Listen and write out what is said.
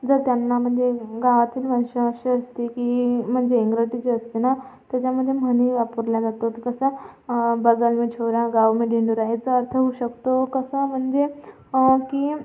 जर त्यांना म्हणजे गावातील भाषा अशी असते की म्हणजे इंग्रजीची असते ना त्याच्यामध्ये म्हणी वापरल्या जातात कशा बगल मे छोरा गांव मे डिंडोरा याचा अर्थ होऊ शकतो कसा म्हणजे की